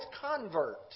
convert